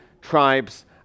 tribes